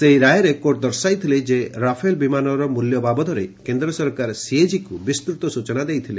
ସେହି ରାୟରେ କୋର୍ଟ ଦର୍ଶାଇଥିଲେ ଯେ ରାଫେଲ ବିମାନର ମୂଲ୍ୟ ବାବଦରେ କେନ୍ଦ୍ର ସରକାର ସିଏଜିକୁ ବିସ୍ତୁତ ସୂଚନା ଦେଇଥିଲେ